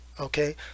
okay